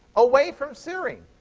away from serine.